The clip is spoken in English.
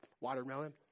watermelon